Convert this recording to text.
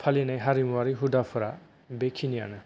फालिनाय हारिमुवारि हुदाफोरा बेखिनियानो